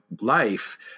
life